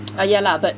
ah yeah lah but